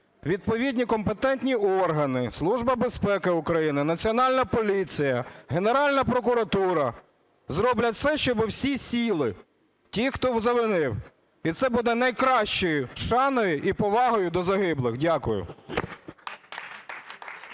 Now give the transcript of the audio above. відповідні компетентні органи, Служба безпеки України, Національна поліція, Генеральна прокуратура зроблять все, щоби всі сіли ті, хто завинив, і це буде найкращою шаною і повагою до загиблих. Дякую.